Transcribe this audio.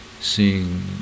seeing